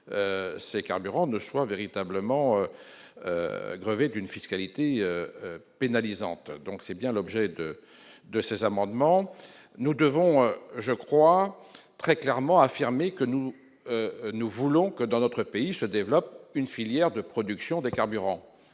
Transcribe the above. ces carburants ne soient véritablement grevée d'une fiscalité pénalisante, donc c'est bien l'objet de de ces amendements, nous devons je crois très clairement affirmer que nous, nous voulons que dans notre pays se développe une filière de production des carburants,